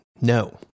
No